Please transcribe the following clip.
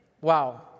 wow